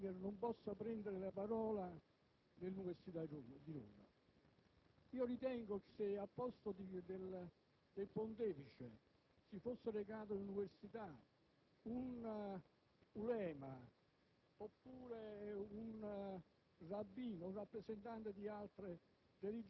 un intellettuale come Papa Ratzinger non possa prendere la parola all'Università di Roma. Penso che se al posto del Pontefice si fosse recato all'Università un